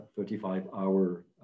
35-hour